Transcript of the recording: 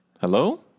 Hello